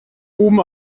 oben